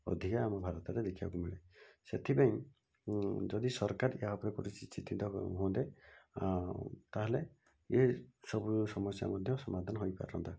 ଅଧିକା ଆମ ଭାରତରେ ଦେଖିବାକୁ ମିଳେ ସେଥିପାଇଁ ଯଦି ସରକାର ଏହା ଉପରେ କୌଣସି ଚିନ୍ତିତ ହୁଅନ୍ତେ ତା'ହେଲେ ଏସବୁ ସମସ୍ୟା ମଧ୍ୟ ସମାଧାନ ହୋଇପାରନ୍ତା